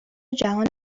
جهان